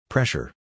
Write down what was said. Pressure